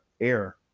air